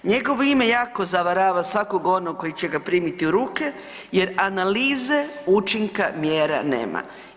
Njegovo ime jako zavarava svakog onog koji će ga primiti u ruke jer analize učinka mjera nema.